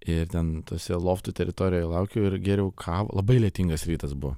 ir ten tose loftų teritorijoj laukiau ir gėriau kavą labai lietingas rytas buvo